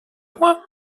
moi